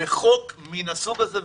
בחוק מן הסוג הזה.